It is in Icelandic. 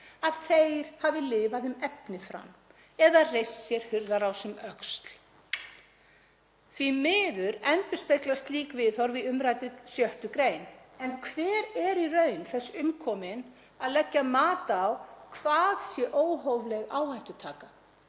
að þeir hafi lifað um efni fram eða reist sér hurðarás um öxl. Því miður endurspeglast slík viðhorf í umræddri 6. gr. En hver er í raun þess umkominn að leggja mat á hvað sé óhófleg áhættutaka